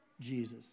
Jesus